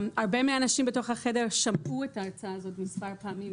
הרבה מהאנשים בתוך החדר שמעו את ההרצאה הזאת מספר פעמים.